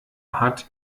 hat